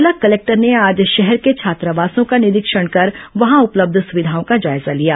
जिला कलेक्टर ने आज शहर के छात्रावासों का निरीक्षण कर वहां उपलब्ध सुविधाओं का जायजा लिया